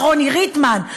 על רוני ריטמן,